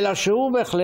אלא שמה שמפחיד